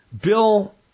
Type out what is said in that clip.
Bill